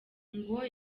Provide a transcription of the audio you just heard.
ngo